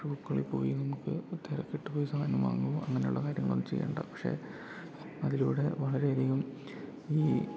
ഷോപ്പുകളീ പോയി നമുക്ക് തെരക്കിട്ട് പോയി സാധനം വാങ്ങും അങ്ങനെയുള്ള കാര്യങ്ങളൊന്നും ചെയ്യണ്ട പക്ഷെ അതിലൂടെ വളരെയധികം ഈ